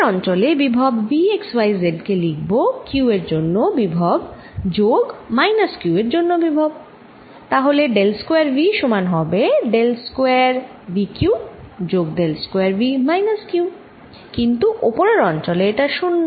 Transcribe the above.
উপরের অঞ্চলে বিভব V x y z কে লিখব q এর জন্য বিভব যোগ মাইনাস q এর জন্য বিভব তাহলে ডেল স্কয়ার V সমান হবে ডেল স্কয়ার V q যোগ del square V minus q কিন্তু উপরের অঞ্চলে এটা 0